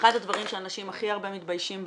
אחד הדברים שאנשים הכי הרבה מתביישים בהם,